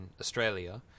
Australia